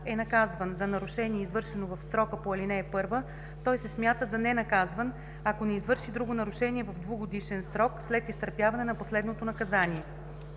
е наказван за нарушение, извършено в срока по ал. 1, той се смята за ненаказван, ако не извърши друго нарушение в двугодишен срок след изтърпяване на последното наказание.“